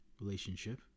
relationship